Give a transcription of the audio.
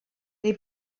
neu